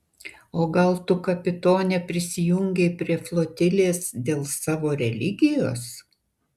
o gal tu kapitone prisijungei prie flotilės dėl savo religijos